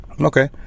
Okay